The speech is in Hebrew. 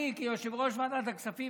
אני כיושב-ראש ועדת הכספים,